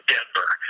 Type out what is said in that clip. Denver